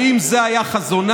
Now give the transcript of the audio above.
האם זה היה חזונם?